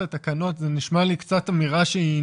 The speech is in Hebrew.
אני חושב שזה ממש לא מעקר.